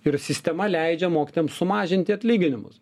ir sistema leidžia mokytojam sumažinti atlyginimus